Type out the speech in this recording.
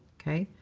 ok.